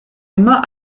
immer